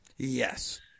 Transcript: Yes